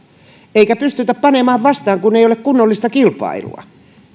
eikä pystytä panemaan vastaan kun ei ole kunnollista kilpailua